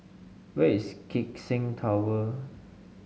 where is Keck Seng Tower